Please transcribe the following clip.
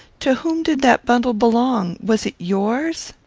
to whom did that bundle belong? was it yours?